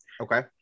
Okay